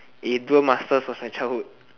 eh duel masters was my childhood